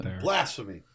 Blasphemy